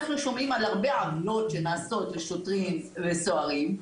אנחנו שומעים על הרבה עוולות שנעשות לשוטרים ולסוהרים,